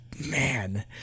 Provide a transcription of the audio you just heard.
man